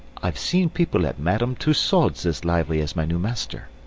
i've seen people at madame tussaud's as lively as my new master!